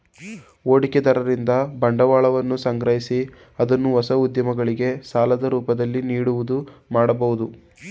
ಹೂಡಿಕೆದಾರರಿಂದ ಬಂಡವಾಳವನ್ನು ಸಂಗ್ರಹಿಸಿ ಅದನ್ನು ಹೊಸ ಉದ್ಯಮಗಳಿಗೆ ಸಾಲದ ರೂಪದಲ್ಲಿ ನೀಡುವುದು ಮಾಡಬಹುದು